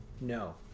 No